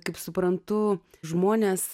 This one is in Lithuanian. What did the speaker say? kaip suprantu žmonės